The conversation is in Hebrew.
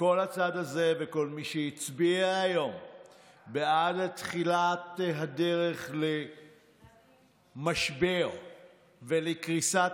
וכל הצד הזה וכל מי שהצביע היום בעד תחילת הדרך למשבר ולקריסת